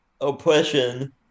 oppression